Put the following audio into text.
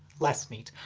less neat.